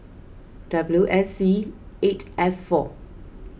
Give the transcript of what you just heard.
W S C eight F four